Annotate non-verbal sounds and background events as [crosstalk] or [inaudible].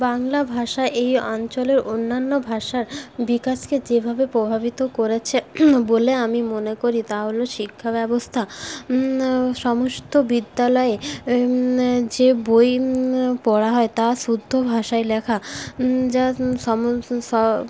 বাংলা ভাষা এই অঞ্চলের অন্যান্য ভাষার বিকাশকে যেভাবে প্রভাবিত করেছে বলে আমি মনে করি তাহল শিক্ষা ব্যবস্থা সমস্ত বিদ্যালয়ে যে বই পড়া হয় তা শুদ্ধ ভাষায় লেখা [unintelligible]